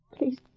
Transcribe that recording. Please